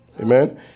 amen